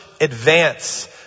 advance